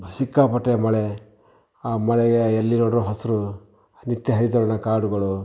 ಸಿಕ್ಕಾಪಟ್ಟೆ ಮಳೆ ಆ ಮಳೆಗೆ ಎಲ್ಲಿ ನೋಡಿದರೂ ಹಸಿರು ನಿತ್ಯ ಹರಿದ್ವರ್ಣ ಕಾಡುಗಳು